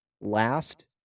last